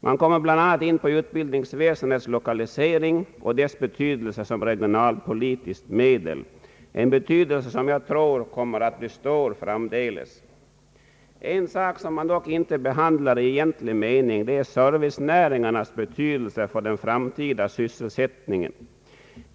och kommer bl.a. in på utbildningsväsendets lokalisering och betydelse som regionalpolitiskt medel, en betydelse som jag tror kommer att bli stor framdeles. Något som man dock inte behandlar i egentlig mening är servicenäringarnas betydelse för den framtida sysselsättningen.